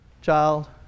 child